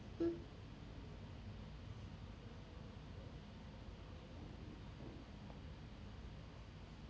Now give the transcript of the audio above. mm